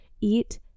Eat